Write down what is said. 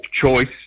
choice